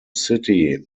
city